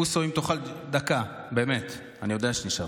בוסו, אם תוכל דקה באמת, אני יודע שנשארת.